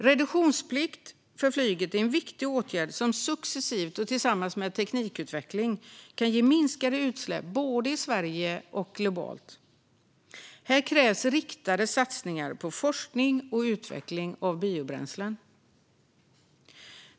Reduktionsplikt för flyget är en viktig åtgärd som successivt och tillsammans med teknikutveckling kan ge minskade utsläpp både i Sverige och globalt. Här krävs riktade satsningar på forskning och utveckling av biobränslen.